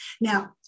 Now